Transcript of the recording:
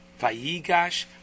Vayigash